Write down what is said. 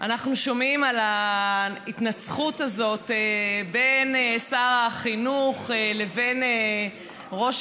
אנחנו שומעים על ההתנצחות הזאת בין שר החינוך לבין ראש